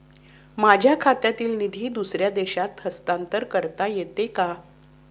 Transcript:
माझ्या खात्यातील निधी दुसऱ्या देशात हस्तांतर करता येते का?